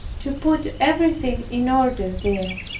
to put everything in order there.